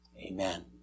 Amen